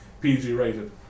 PG-rated